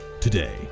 today